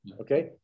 Okay